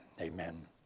amen